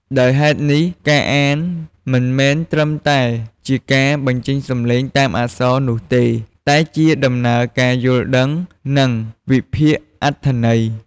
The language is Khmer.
ដោយហេតុនេះ ការអាន មិនមែនត្រឹមតែជាការបញ្ចេញសំឡេងតាមអក្សរនោះទេ តែជាដំណើរការយល់ដឹង និងវិភាគអត្ថន័យ។